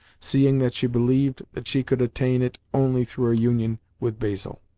seeing that she believed that she could attain it only through a union with basil.